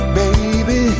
baby